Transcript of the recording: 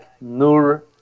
Nur